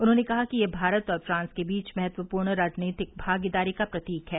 उन्होंने कहा कि यह भारत और फ्रांस के बीच महत्वपूर्ण रणनीतिक भागीदारी का प्रतीक है